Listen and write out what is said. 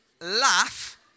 laugh